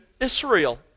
Israel